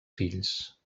fills